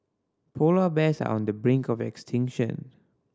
polar bears are on the brink of extinction